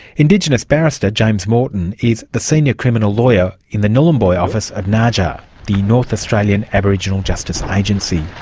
indigenous barrister james morton is the senior criminal lawyer in the nhulunbuy office of naaja, the north australian aboriginal justice agency.